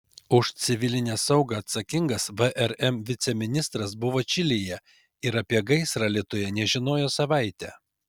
už civilinę saugą atsakingas vrm viceministras buvo čilėje ir apie gaisrą alytuje nežinojo savaitę